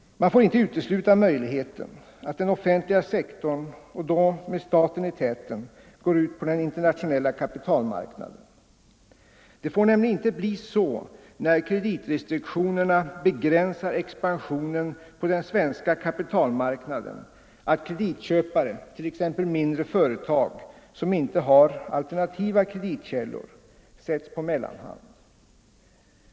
Man får inte utesluta möjligheten att den offentliga sektorn, och då med staten i täten, går ut på den internationella kapitalmarknaden. Det får nämligen inte bli så när kreditrestriktionerna begränsar expansionen på den svenska kapitalmarknaden att kreditköpare, t.ex. mindre företag som inte har alternativa kreditkällor, sätts på mellanhand.